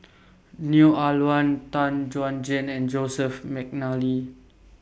Neo Ah Luan Tan Chuan Jin and Joseph Mcnally